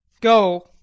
Go